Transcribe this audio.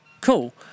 cool